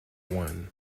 one